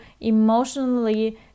emotionally